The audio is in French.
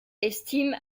estime